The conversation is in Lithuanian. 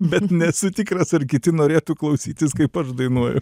bet nesu tikras ar kiti norėtų klausytis kaip aš dainuoju